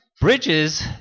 bridges